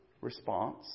response